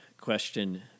question